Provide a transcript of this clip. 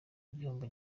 igihombo